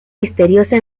misteriosa